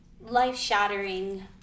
life-shattering